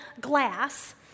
glass